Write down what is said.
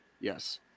Yes